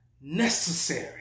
necessary